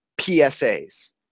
PSAs